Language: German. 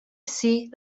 sie